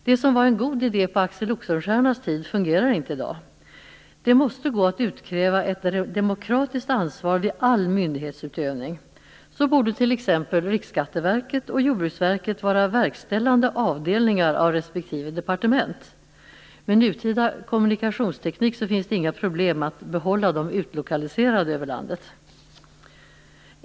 Det som var en god idé på Axel Oxenstiernas tid fungerar inte i dag. Det måste gå att utkräva ett demokratiskt ansvar vid all myndighetsutövning. T.ex. borde Riksskatteverket och Jordbruksverket vara verkställande avdelningar under respektive departement. Med nutida kommunikationsteknik är det inga problem att behålla dem utlokaliserade över landet.